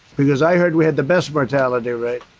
because i heard we had the best mortality rate.